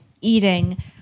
eating